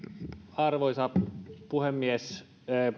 arvoisa puhemies